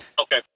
Okay